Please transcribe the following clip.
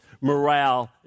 morale